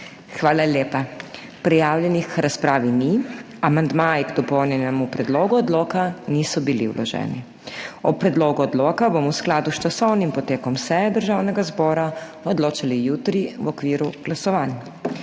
Hvala lepa. Prijavljenih k razpravi ni. Amandmaji k dopolnjenemu predlogu odloka niso bili vloženi. O predlogu odloka bomo v skladu s časovnim potekom seje Državnega zbora odločali jutri v okviru glasovanj.